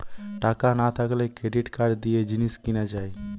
টাকা না থাকলে ক্রেডিট কার্ড দিয়ে জিনিস কিনা যায়